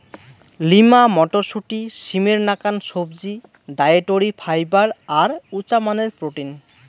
lima মটরশুঁটি, সিমের নাকান সবজি, ডায়েটরি ফাইবার আর উচামানের প্রোটিন